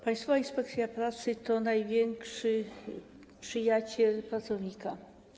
Państwowa Inspekcja Pracy to największy przyjaciel pracowników.